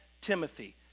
Timothy